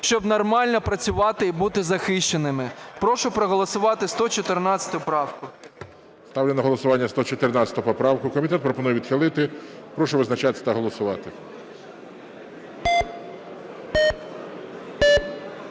щоб нормально працювати і бути захищеними. Прошу проголосувати 114 правку. ГОЛОВУЮЧИЙ. Ставлю на голосування 114 поправку. Комітет пропонує відхилити. Прошу визначатись та голосувати.